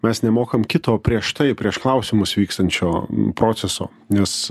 mes nemokam kito prieš tai prieš klausimus vykstančio proceso nes